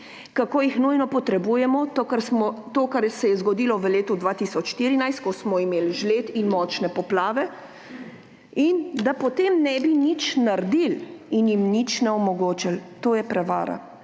kako jih nujno potrebujemo – to, kar se je zgodilo v letu 2014, ko smo imeli žled in močne poplave – in potem ne bi nič naredili in jim nič ne bi omogočili. To je prevara.